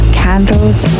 candles